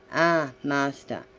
ah! master,